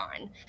on